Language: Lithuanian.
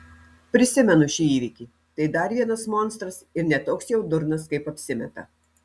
prisimenu šį įvykį tai dar vienas monstras ir ne toks jau durnas kaip apsimeta